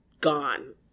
gone